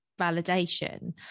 validation